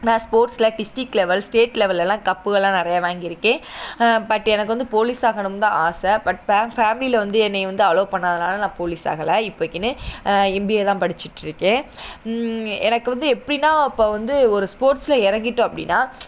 நான் ஸ்போர்ட்ஸில் district level state லெவலெல்லாம் கப்புகள்லாம் நிறையா வாங்கியிருக்கேன் பட் எனக்கு வந்து போலீஸ் ஆகணும்தான் ஆசை பட் ஃபேமிலியில் வந்து என்னை வந்து அலோவ் பண்ணாததுனால நான் போலீஸ் ஆகலை இப்பைக்கின்னு எம்பிஏ தான் படிச்சுட்ருக்கேன் எனக்கு வந்து எப்படின்னா இப்போது வந்து ஒரு ஸ்போர்ட்ஸில் இறங்கிட்டோம் அப்படின்னா